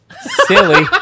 Silly